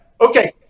Okay